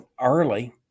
early